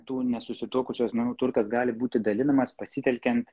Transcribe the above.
tų nesusituokusių asmenų turtas gali būti dalinamas pasitelkiant